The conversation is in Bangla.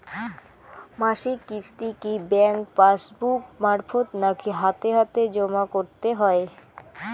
মাসিক কিস্তি কি ব্যাংক পাসবুক মারফত নাকি হাতে হাতেজম করতে হয়?